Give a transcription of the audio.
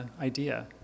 idea